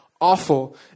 awful